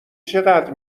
چقدر